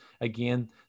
again